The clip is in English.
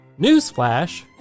Newsflash